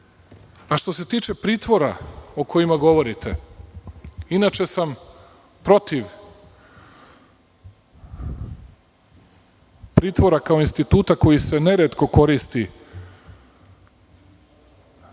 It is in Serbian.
se tiče pritvora o kojima govorite, inače sam protiv pritvora, kao instituta, koji se neretko koristi uz brojne